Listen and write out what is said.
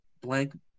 blank